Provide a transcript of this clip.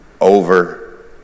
over